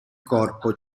corpo